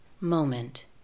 moment